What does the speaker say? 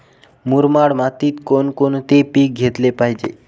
मुरमाड मातीत कोणकोणते पीक घेतले पाहिजे?